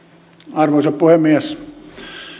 arvoisa puhemies